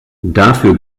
dafür